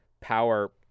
power